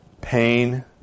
pain